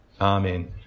Amen